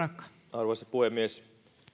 arvoisa puhemies